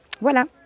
voilà